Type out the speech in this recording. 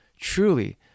Truly